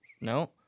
No